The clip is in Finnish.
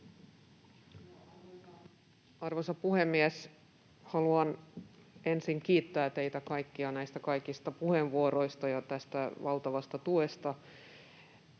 Arvoisa puhemies! Haluan ensin kiittää teitä kaikkia näistä kaikista puheenvuoroista ja tästä valtavasta tuesta.